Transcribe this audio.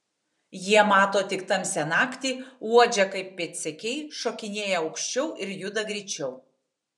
jie mato tik tamsią naktį uodžia kaip pėdsekiai šokinėja aukščiau ir juda greičiau